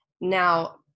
Now